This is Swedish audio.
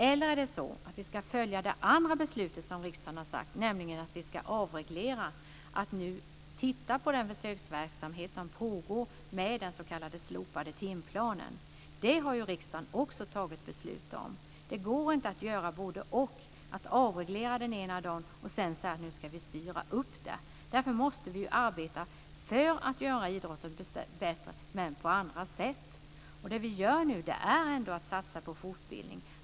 Eller är det så att vi ska följa det andra beslutet som riksdagen har fattat, nämligen att vi ska avreglera, att vi ska titta på den försöksverksamhet som nu pågår med den s.k. slopade timplanen? Det har riksdagen också fattat beslut om. Det går inte att göra både-och, att avreglera den ena dagen och sedan säga att man ska styra upp det. Därför måste vi arbeta för att göra idrotten bättre men på andra sätt. Det vi gör nu är att vi satsar på fortbildning.